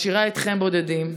משאירה אתכם בודדים.